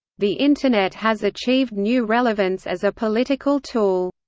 the internet has achieved new relevance as a political tool.